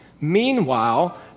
Meanwhile